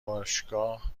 باشگاه